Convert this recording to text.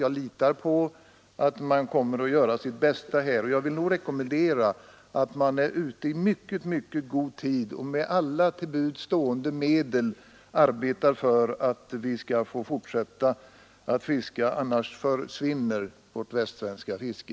Jag litar på att regeringen kommer att göra sitt bästa på detta område. Jag vill rekommendera att man är ute i mycket god tid och med alla till buds stående medel arbetar för att vi skall få fortsätta att fiska; annars försvinner vårt västsvenska fiske.